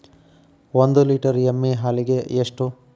ಒಂದು ಲೇಟರ್ ಎಮ್ಮಿ ಹಾಲಿಗೆ ಎಷ್ಟು?